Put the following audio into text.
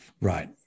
Right